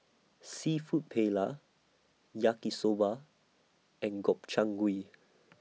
Seafood Paella Yaki Soba and Gobchang Gui